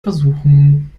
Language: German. versuchen